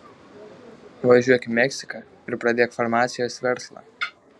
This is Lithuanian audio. važiuok į meksiką ir pradėk farmacijos verslą